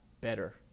better